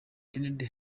kennedy